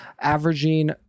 averaging